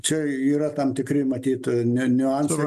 čia yra tam tikri matyt ne niuansai